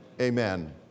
Amen